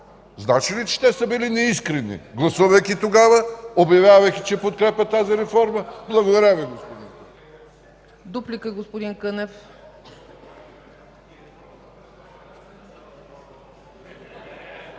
Значи ли, че те са били неискрени, гласувайки тогава, обявявайки, че подкрепят тази реформа? Благодаря Ви! ЯНАКИ